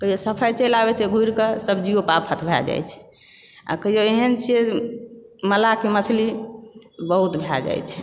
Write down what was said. कहिओ साफे चलि आबै छै घुरिके सब्जियो पर आफत भए जाइ छै आ कहिओ एहन छियै जे मल्लाहके मछली बहुत भए जाइ छै